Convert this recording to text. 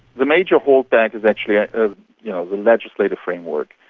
the major holdback is actually ah ah you know the legislative framework.